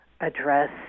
address